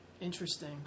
interesting